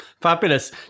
Fabulous